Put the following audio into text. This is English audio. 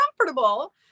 comfortable